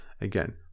again